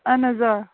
اَہَن حَظ آ